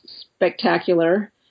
spectacular